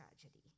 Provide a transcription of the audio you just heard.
tragedy